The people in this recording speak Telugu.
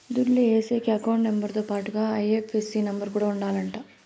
దుడ్లు ఏసేకి అకౌంట్ నెంబర్ తో పాటుగా ఐ.ఎఫ్.ఎస్.సి నెంబర్ కూడా ఉండాలంట